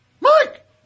Mike